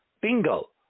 bingo